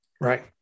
Right